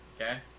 Okay